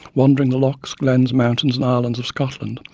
wandering the lochs, glens, mountains and islands of scotland.